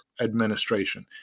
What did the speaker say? administration